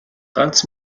ганц